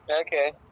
Okay